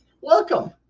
Welcome